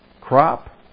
crop